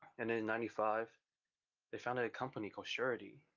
and then in ninety five they founded a company called surety,